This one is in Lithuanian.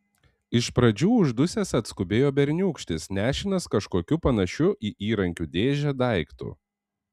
iš pradžių uždusęs atskubėjo berniūkštis nešinas kažkokiu panašiu į įrankių dėžę daiktu